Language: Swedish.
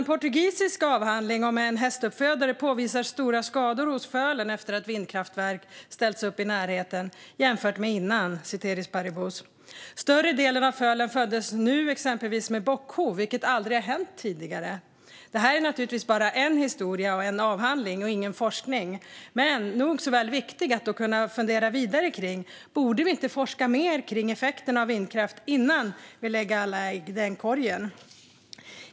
En portugisisk avhandling om en hästuppfödare påvisar stora skador hos fölen efter att vindkraftverk ställts upp i närheten, ceteris paribus . Större delen av fölen föddes exempelvis med bockhov, vilket aldrig har hänt tidigare. Detta är naturligtvis bara en historia och en avhandling, men det är viktigt att fundera vidare kring detta: Borde vi inte forska mer om effekterna av vindkraft innan vi lägger alla ägg i den korgen?